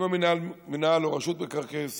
עם מינהל או רשות מקרקעי ישראל,